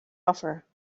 offer